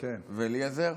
ואליעזר?